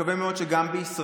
ואני מקווה מאוד שגם בישראל,